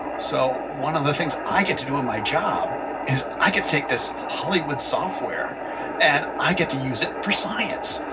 so one of the things i get to do in my job is i could take this hollywood software and i get to use it for science.